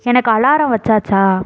எனக்கு அலாரம் வைச்சாச்சா